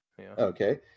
Okay